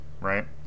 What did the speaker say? right